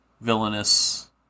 Villainous